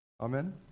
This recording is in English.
Amen